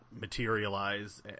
materialize